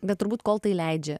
bet turbūt kol tai leidžia